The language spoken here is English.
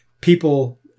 people